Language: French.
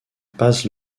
paz